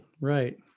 Right